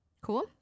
cool